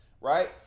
Right